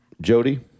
Jody